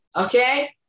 Okay